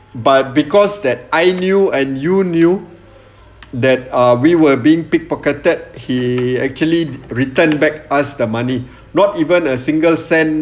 but because that I knew and you knew that uh we were being pickpocketed he actually return back us the money not even a single cent